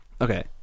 okay